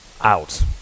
out